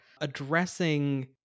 addressing